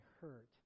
hurt